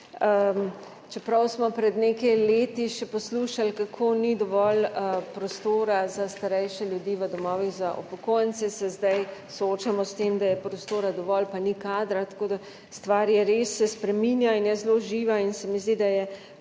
Čeprav smo pred nekaj leti še poslušali, kako ni dovolj prostora za starejše ljudi v domovih za upokojence, se zdaj soočamo s tem, da je prostora dovolj, ni pa kadra. Stvar se res spreminja in je zelo živa in se mi zdi, da je